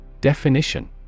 Definition